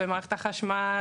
במערכת החשמל,